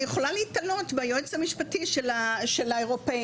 אני יכולה להיתלות ביועץ המשפטי של האירופאים,